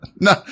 No